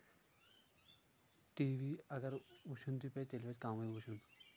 T V اَگر وٕچھُن تہِ پیٚیہِ تَیٚلہِ گژھِ کمے وٕچھُن